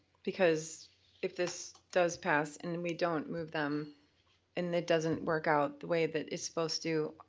because if this does pass and and we don't move them and it doesn't work out the way that it's supposed to,